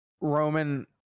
Roman